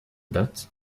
date